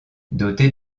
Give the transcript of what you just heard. doté